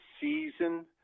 season